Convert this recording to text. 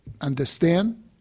understand